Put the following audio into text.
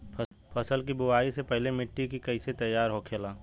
फसल की बुवाई से पहले मिट्टी की कैसे तैयार होखेला?